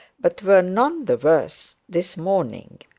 but were none the worse this morning.